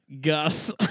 Gus